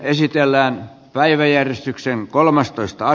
asian käsittely keskeytetään